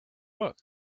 book